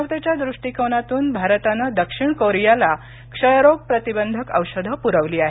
वतेच्या दृष्टीकोनातून भारतानं दक्षिण कोरियाला क्षयरोग प्रतिबंधक औषधं पुरवली आहेत